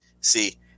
See –